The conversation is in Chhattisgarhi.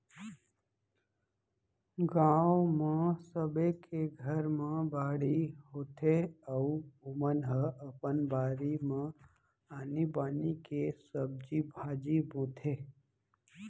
गाँव म सबे के घर म बाड़ी होथे अउ ओमन ह अपन बारी म आनी बानी के सब्जी भाजी बोथे